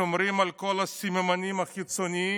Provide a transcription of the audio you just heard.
שומרים על כל הסממנים החיצוניים,